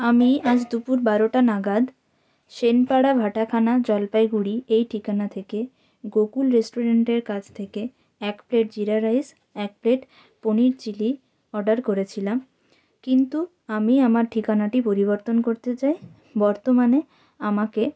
আমি আজ দুপুর বারোটা নাগাদ সেন পাড়া ভাটাখানা জলপাইগুড়ি এই ঠিকানা থেকে গোকুল রেস্টুরেন্টের কাছ থেকে এক প্লেট জিরা রাইস এক প্লেট পনির চিলি অর্ডার করেছিলাম কিন্তু আমি আমার ঠিকানাটি পরিবর্তন করতে চাই বর্তমানে আমাকে